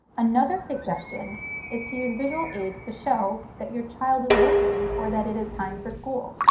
another suggestion is to use visual aids to show that your child is working or that it is time for school.